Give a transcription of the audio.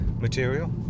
material